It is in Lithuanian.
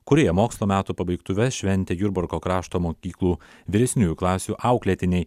kurie mokslo metų pabaigtuves šventė jurbarko krašto mokyklų vyresniųjų klasių auklėtiniai